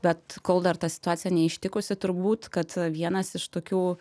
bet kol dar ta situacija neištikusi turbūt kad vienas iš tokių